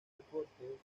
deportes